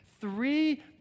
Three